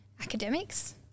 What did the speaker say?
academics